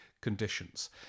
conditions